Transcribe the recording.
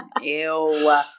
Ew